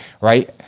right